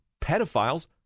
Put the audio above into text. pedophiles